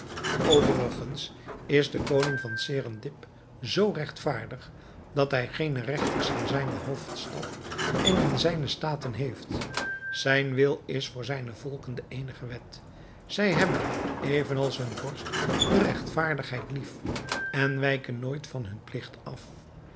overigens is de koning van serendib zoo regtvaardig dat hij geene regters in zijne hoofdstad en in zijne staten heeft zijn wil is voor zijne volken de eenige wet zij hebben even als hun vorst de regtvaardigheid lief en wijken nooit van hun pligt af